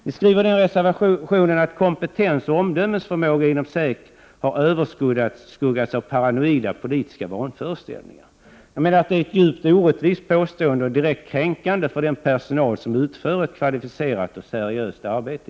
Ni skriver i den reservationen att kompetens och omdömesförmåga inom SÄK har överskuggats av paranoida politiska vanföreställningar. Jag menar att det är ett djupt orättvist påstående. Det är direkt kränkande för den personal inom säkerhetsavdelningen som utför ett kvalificerat och seriöst arbete.